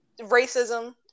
racism